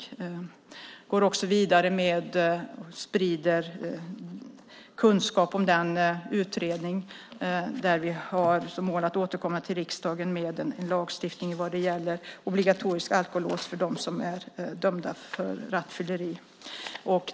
Vi går också vidare med att sprida kunskap om den utredning där vi har som mål att återkomma till riksdagen med en lagstiftning vad gäller obligatoriskt alkolås för dem som är dömda för rattfylleri.